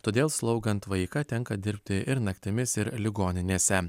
todėl slaugant vaiką tenka dirbti ir naktimis ir ligoninėse